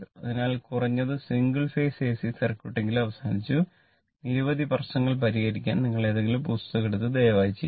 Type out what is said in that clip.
അതിനാൽ കുറഞ്ഞത് single phase AC സർക്യൂട്ടെങ്കിലും അവസാനിച്ചു നിരവധി പ്രശ്നങ്ങൾ പരിഹരിക്കാൻ നിങ്ങൾ ഏതെങ്കിലും പുസ്തകം എടുത്ത് ദയവായി ചെയ്യുക